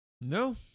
No